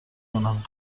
کنم